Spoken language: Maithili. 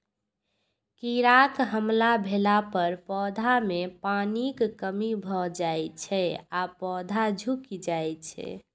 कीड़ाक हमला भेला पर पौधा मे पानिक कमी भए जाइ छै आ पौधा झुकि जाइ छै